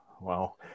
Wow